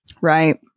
Right